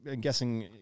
guessing